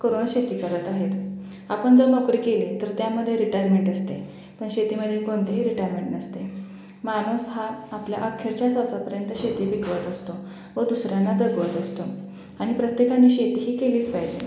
करून शेती करत आहेत आपण जर नोकरी केली तर त्यामध्ये रिटायरमेंट असते पण शेतीमध्ये कोणतीही रिटायरमेंट नसते माणूस हा आपल्या अखेरच्या श्वासापर्यंत शेती पिकवत असतो व दुसऱ्यांना जगवत असतो आणि प्रत्येकाने शेती ही केलीच पाहिजे